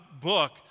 book